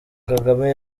kagame